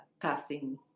passing